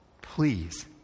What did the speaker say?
Please